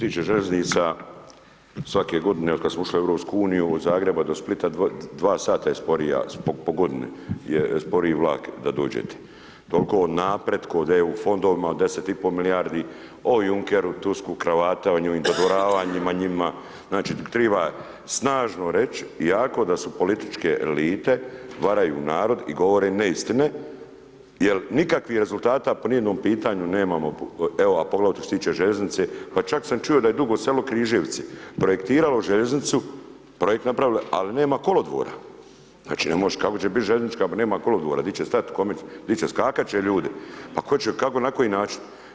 Što se tiče željeznica, svake godine otkad smo ušli u EU od Zagreba do Splita dva sata je sporija po godini je sporiji vlak da dođete, toliko o napretku, o EU fondovima, o 10,5 milijardi, o Junkeru, Tusku… [[Govornik se ne razumije]] dodvoravanjima njima, znači, triba snažno reć, jako da su političke elite, varaju narod i govore im neistine, jel nikakvih rezultata po nijednom pitanju nemamo, evo a poglavito što se tiče željeznice, pa čak sam čuo da je Dugo Selo-Križevci projektiralo željeznicu, projekt napravilo, ali nema kolodvora, znači, ne možeš, kako će biti željeznička kad nema kolodvora, di će stat, kome, di će, skakat će ljudi, pa ko će, kako, na koji način?